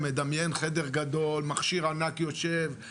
מדמיין חדר גדול עם מכשיר ענק יושב,